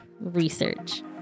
research